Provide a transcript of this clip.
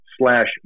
slash